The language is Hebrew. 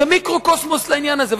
זה מיקרוקוסמוס לעניין הזה.